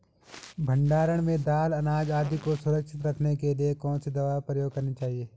भण्डारण में दाल अनाज आदि को सुरक्षित रखने के लिए कौन सी दवा प्रयोग करनी चाहिए?